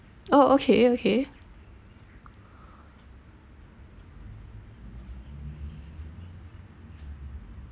oh okay okay